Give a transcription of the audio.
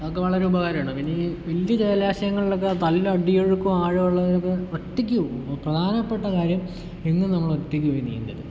അതൊക്കെ വളരെ ഉപകാരമാണ് പിന്നെ ഈ വലിയ ജലാശയങ്ങളിലൊക്കെ നല്ല അടിയൊഴുക്കും ആഴോള്ളടുത്തൊക്കെ ഒറ്റക്ക് പ്രധാനപ്പെട്ട കാര്യം എങ്ങും നമ്മളൊറ്റക്ക് പോയി നീന്തരുത്